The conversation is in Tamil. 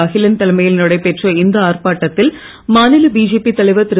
அகிலன் தலைமையில் நடைபெற்ற இந்த ஆர்ப்பாட்டத்தில் மாநில பிஜேபி தலைவர் திரு